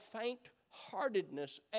faint-heartedness